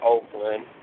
Oakland